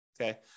okay